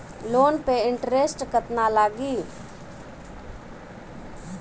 Loan पे interest केतना लागी?